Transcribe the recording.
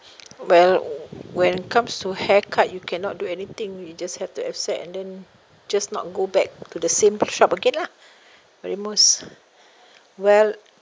well when comes to haircut you cannot do anything you just have to accept and then just not go back to the same shop again lah remorse well